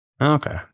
Okay